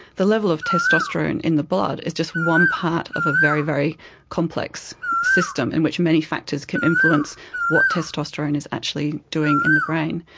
the level of testosterone in the blood is just one part of a very, very complex system in which many factors can influence what testosterone is actually doing in the brain.